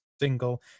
single